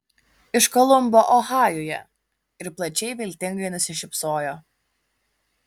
iš kolumbo ohajuje ir plačiai viltingai nusišypsojo